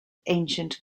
ancient